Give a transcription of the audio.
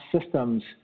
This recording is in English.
systems